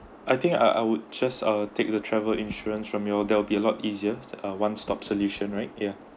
I think I I would just uh take the travel insurance from your there'll be a lot easier uh one stop solution right yeah